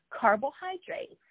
carbohydrates